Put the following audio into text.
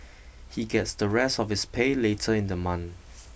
he gets the rest of his pay later in the month